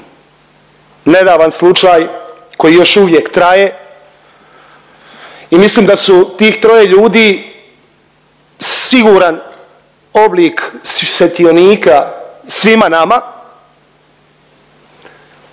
nedavan slučaj koji još uvijek traje. I mislim da su tih troje ljudi siguran oblik svjetionika svima nama,